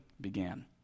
began